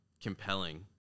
compelling